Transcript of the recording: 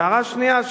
הערה שנייה,